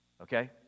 okay